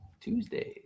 Tuesdays